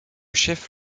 chef